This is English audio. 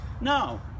No